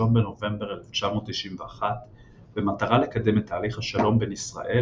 בנובמבר 1991 במטרה לקדם את תהליך השלום בין ישראל,